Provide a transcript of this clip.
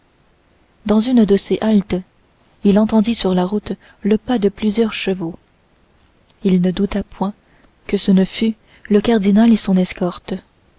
dans une de ces haltes il entendit sur la route le pas de plusieurs chevaux il ne douta point que ce ne fût le cardinal et son escorte